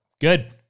Good